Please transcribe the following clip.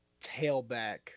tailback